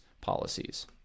policies